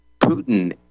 Putin